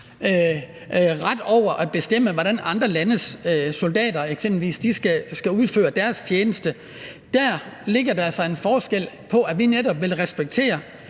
ret til at bestemme, hvordan andre landes soldater eksempelvis skal udføre deres tjeneste. Der er der så en forskel, for vi vil netop respektere